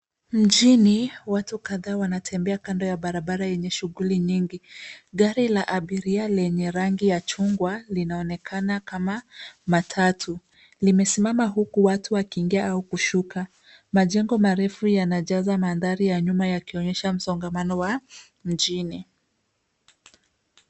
Mjini, watu kadhaa wanatembea kando ya barabara yenye shughuli nyingi. Gari la abiria lenye rangi ya chungwa linaonekana kama matatu. Limesimama huku watu wakiingia au kushuka. Majengo marefu yanajaza mandhari ya nyuma yakionyesha msongamano wa mjini.